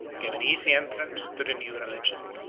gave an easy entrance to the new religion.